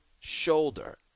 shoulder